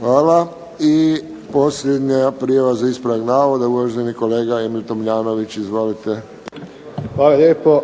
Hvala. I posljednja prijava za ispravak navoda, uvaženi kolega Emil Tomljanović. Izvolite. **Tomljanović, Emil (HDZ)** Hvala lijepo.